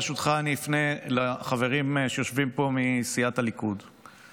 ברשותך אפנה לחברים מסיעת הליכוד שיושבים פה.